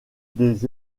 des